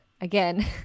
again